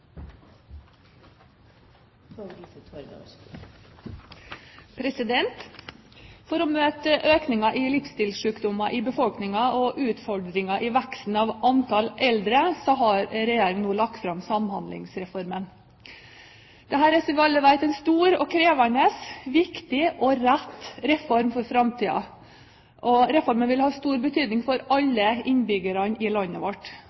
i forbindelse med veksten av antall eldre har Regjeringen nå lagt fram Samhandlingsreformen. Dette er, som alle vet, en stor og krevende, viktig og riktig reform for framtiden, og den vil ha stor betydning for alle innbyggerne i landet vårt.